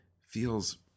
feels